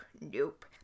Nope